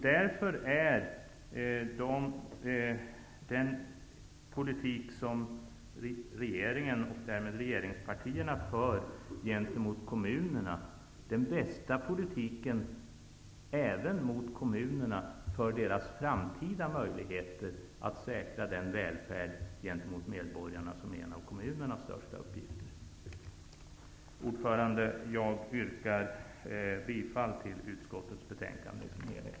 Därför är den politik som regeringen och regeringspartierna för gentemot kommunerna den bästa politiken även för kommunerna när det gäller deras framtida möjligheter att säkra den välfärd för medborgarna som är en av kommunernas största uppgifter. Herr talman! Jag yrkar bifall till utskottets hemställan i dess helhet.